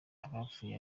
abapfuye